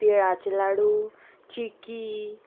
तिळाचे लाडू चिकी